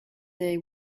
day